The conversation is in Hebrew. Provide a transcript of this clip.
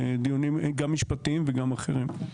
בדיונים גם משפטיים וגם אחרים.